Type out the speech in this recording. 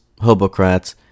hobocrats